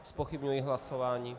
Zpochybňuji hlasování.